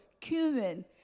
cumin